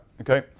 Okay